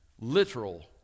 literal